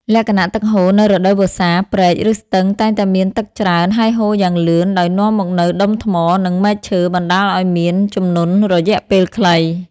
លក្ខណៈទឹកហូរនៅរដូវវស្សា ព្រែក ឬស្ទឹងតែងតែមានទឹកច្រើន ហើយហូរយ៉ាងលឿន ដោយនាំមកនូវដុំថ្ម និងមែកឈើ បណ្តាលឱ្យមាន ជំនន់រយៈពេលខ្លី។